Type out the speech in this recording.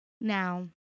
Now